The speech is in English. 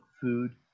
food